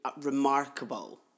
remarkable